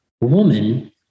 Woman